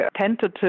tentative